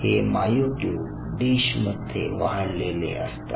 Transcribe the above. हे मायोयुट्युब डिश मध्ये वाढलेले असतात